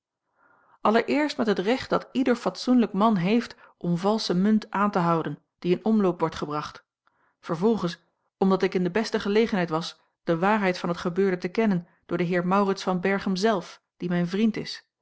allereerst met het recht dat ieder fatsoenlijk man heeft om valsche munt aan te houden die in omloop wordt gebracht vervolgens omdat ik in de beste gelegenheid was de waarheid van het gebeurde te kennen door den heer maurits van berchem zelf die mijn vriend is